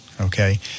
Okay